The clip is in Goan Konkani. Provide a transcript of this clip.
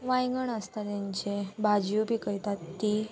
वांयगण आसता तेंचे भाजयो पिकयतात तीं